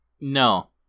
No